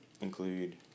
include